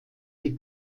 die